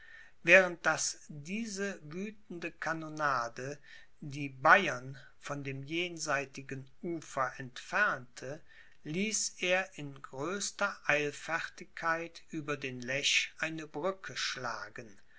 während daß diese wüthende kanonade die bayern von dem jenseitigen ufer entfernte ließ er in größter eilfertigkeit über den lech eine brücke schlagen